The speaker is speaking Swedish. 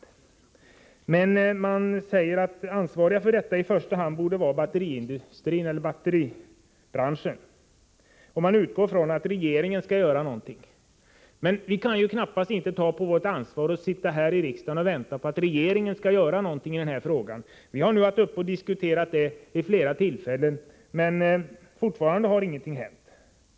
Utskottsmajoriteten säger att batteribranschen i första hand borde ha ansvaret härvidlag. Man utgår från att regeringen skall göra något. Men vi kan knappast ta på vårt ansvar att sitta här i riksdagen och vänta på att regeringen skall handla. Vi har haft frågan uppe till diskussion vid flera tillfällen, men fortfarande har ingenting hänt.